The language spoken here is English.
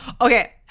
Okay